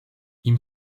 ihm